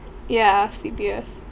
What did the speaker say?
ya C_P_F